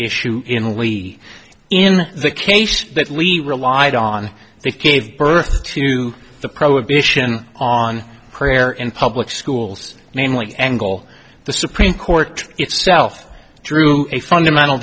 issue in we in the case that we relied on they gave birth to the prohibition on prayer in public schools namely angle the supreme court itself drew a fundamental